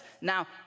Now